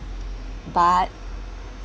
but